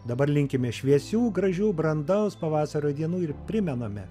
dabar linkime šviesių gražių brandaus pavasario dienų ir primename